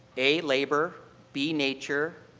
a, labor. b, nature.